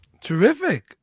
Terrific